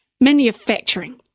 Manufacturing